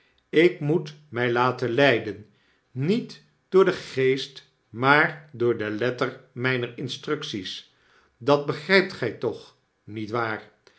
ik moet mij laten leiden niet door den geest maar door de letter myner instructies dat begrypt gy tochniet waar